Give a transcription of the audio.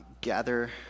gather